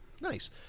Nice